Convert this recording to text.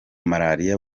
malaria